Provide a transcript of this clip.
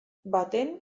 baten